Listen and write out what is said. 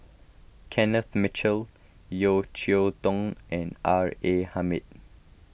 Kenneth Mitchell Yeo Cheow Tong and R A Hamid